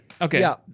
Okay